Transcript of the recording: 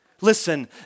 Listen